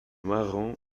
marrom